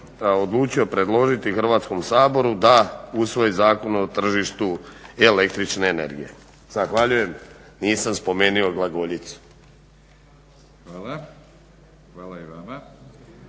odlučio predložiti Hrvatskom saboru da usvoji Zakon o tržištu električne energije. Zahvaljujem nisam spomenuo glagoljicu. **Batinić, Milorad